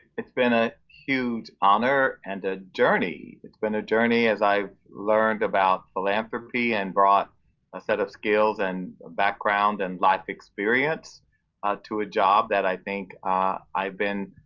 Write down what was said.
it's been a huge honor and a journey. it's been a journey as i learned about philanthropy, and brought a set of skills and background and life experience ah to a job that i think i've been